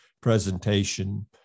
presentation